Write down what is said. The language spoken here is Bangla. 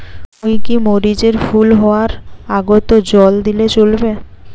মুই কি মরিচ এর ফুল হাওয়ার আগত জল দিলে চলবে?